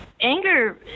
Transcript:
anger